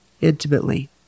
intimately